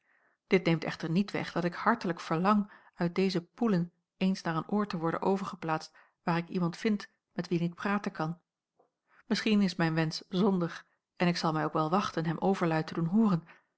dit neemt echter niet weg dat ik hartelijk verlang uit deze poelen eens naar een oord te worden overgeplaatst waar ik iemand vind met wien ik praten kan misschien is mijn wensch zondig en ik zal mij ook wel wachten hem overluid